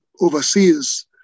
overseas